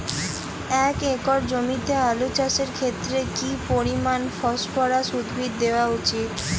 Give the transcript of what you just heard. এক একর জমিতে আলু চাষের ক্ষেত্রে কি পরিমাণ ফসফরাস উদ্ভিদ দেওয়া উচিৎ?